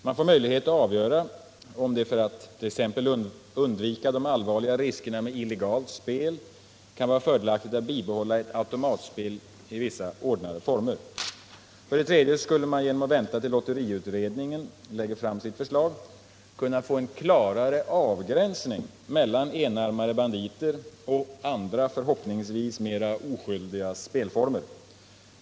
Man får möjlighet att avgöra om det för att t.ex. undvika de allvarliga riskerna med illegalt spel kan vara fördelaktigt att bibehålla ett automatspel i vissa ordnade former. Dessutom skulle man genom att vänta tills lotteriutredningen lägger fram sitt förslag kunna få en klarare avgränsning mellan enarmade banditer och andra, förhoppningsvis mera oskyldiga, spelformer.